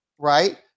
right